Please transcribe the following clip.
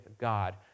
God